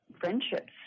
friendships